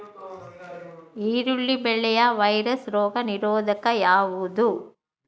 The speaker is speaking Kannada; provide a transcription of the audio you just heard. ಈರುಳ್ಳಿ ಬೆಳೆಯ ವೈರಸ್ ರೋಗ ನಿರೋಧಕ ಯಾವುದು?